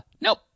nope